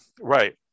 Right